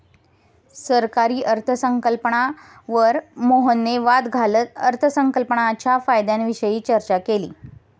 सरकारी अर्थसंकल्पावर मोहनने वाद घालत अर्थसंकल्पाच्या फायद्यांविषयी चर्चा केली